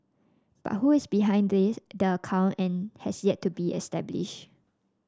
but who is behind this the account and has yet to be established